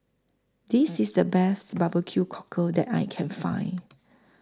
This IS The Best Barbecue Cockle that I Can Find